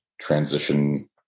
transition